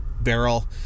barrel